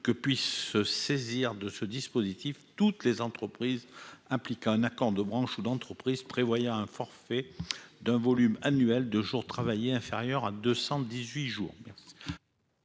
mieux-disantes. Il serait pertinent que toutes les entreprises appliquant un accord de branche ou d'entreprise prévoyant un forfait d'un volume annuel de jours travaillés inférieur à 218 jours